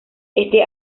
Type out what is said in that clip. este